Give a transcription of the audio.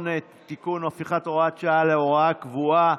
(תיקון) (הפיכת הוראת שעה להוראה קבועה),